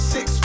Six